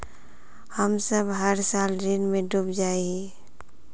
हम सब हर साल ऋण में डूब जाए हीये?